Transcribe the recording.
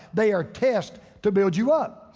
they are test to build you up.